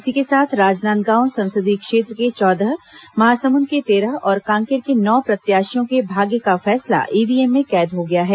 इसी के साथ राजनांदगांव संसदीय क्षेत्र के चौदह महासमुंद के तेरह और कांकेर के नौ प्रत्याशियों के भाग्य का फैसला ईव्हीएम में कैद हो गया है